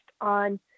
on